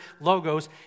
Logos